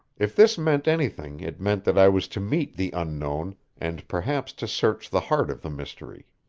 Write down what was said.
if this meant anything it meant that i was to meet the unknown, and perhaps to search the heart of the mystery.